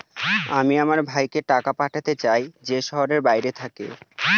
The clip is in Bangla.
আমি আমার ভাইকে টাকা পাঠাতে চাই যে শহরের বাইরে থাকে